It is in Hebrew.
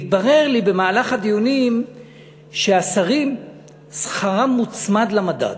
התברר לי במהלך הדיונים שהשרים שכרם הוצמד למדד.